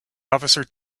officer